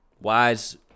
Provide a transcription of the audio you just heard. Wise